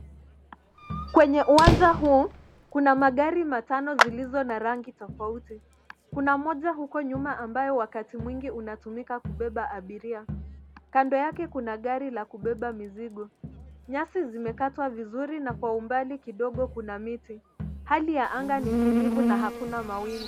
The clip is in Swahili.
Kwenye uwanja huu ,kuna magari matano zilizo na rangi tofauti. Kuna moja huko nyuma ambayo wakati mwingi unatumika kubeba abiria. Kando yake kuna gari la kubeba mizigo. Nyasi zimekatwa vizuri na kwa umbali kidogo kuna miti. Hali ya anga ni tulivu na hakuna mawingu.